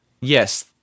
Yes